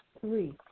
Three